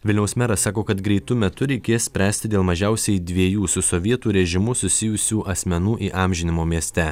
vilniaus meras sako kad greitu metu reikės spręsti dėl mažiausiai dviejų su sovietų režimu susijusių asmenų įamžinimo mieste